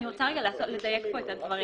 אני רוצה לדייק את הדברים.